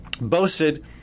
boasted